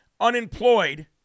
Unemployed